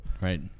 Right